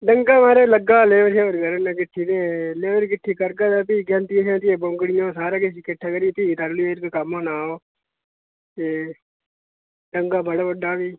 डंग्गा माराज लग्गा लेबर शेबर करै ना किट्ठी ते लेबर किट्ठी करगा ते भी गैंतियां शैंतियां बौंगड़ियां सारा किश किट्ठा करियै भी तैह्लू जाई री कोई कम्म होना ओह् एह् डंग्गा बड़ा बड्डा भी